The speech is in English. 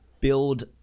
build